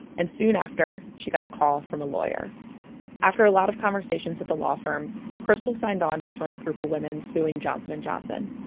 and soon after, she got a call from a lawyer ater a lot of conversations with the law firm, krystal signed on to join a group of women suing johnson and johnson,